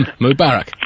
Mubarak